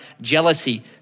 jealousy